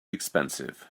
expensive